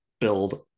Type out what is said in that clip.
build